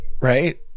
right